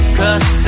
cause